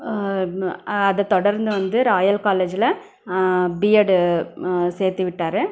அதை தொடர்ந்து வந்து ராயல் காலேஜில் பிஎட்டு சேத்துவிட்டார்